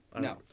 No